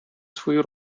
свою